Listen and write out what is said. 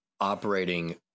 operating